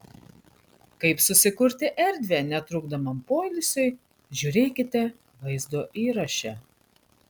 kaip susikurti erdvę netrukdomam poilsiui žiūrėkite vaizdo įraše